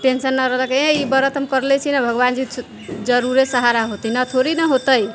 tension नहि रहलक अइ ई व्रत हम करले छी ने भगवान जी जरूर सहारा होथिन एना थोड़े ना होते